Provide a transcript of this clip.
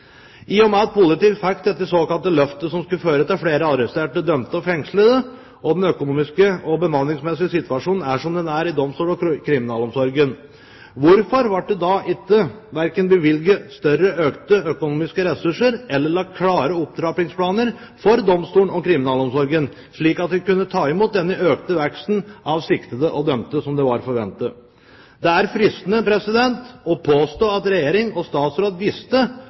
I og med at politiet fikk dette såkalte løftet som skulle føre til flere arresterte, dømte og fengslede, og den økonomiske og bemanningsmessige situasjonen er som den er i domstolene og kriminalomsorgen, hvorfor ble det verken bevilget større økonomiske ressurser eller lagt klare opptrappingsplaner for domstolene og kriminalomsorgen, slik at vi kunne ta imot denne økte veksten av siktede og dømte som var forventet? Det er fristende å påstå at regjering og statsråd visste